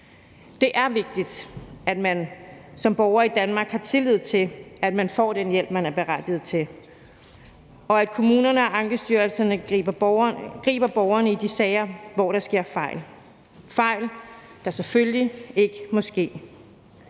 Det er vigtigt, at man som borger i Danmark har tillid til, at man får den hjælp, man er berettiget til, og at kommunerne og Ankestyrelsen griber borgeren i de sager, hvor der sker fejl – fejl, der selvfølgelig ikke må ske.